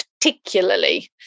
particularly